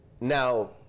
now